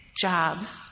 jobs